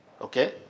Okay